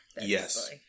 Yes